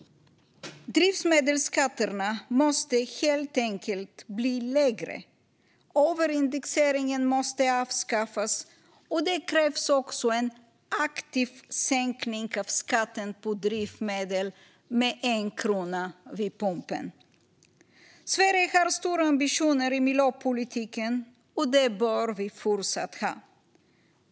Drivmedelsskatterna måste helt enkelt bli lägre. Överindexeringen måste avskaffas och det krävs också en aktiv sänkning av skatten på drivmedel med 1 krona vid pumpen. Sverige har stora ambitioner i miljöpolitiken, och det bör vi fortsätta att ha.